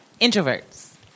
Introverts